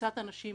קבוצת האנשים